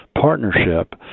partnership